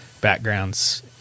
backgrounds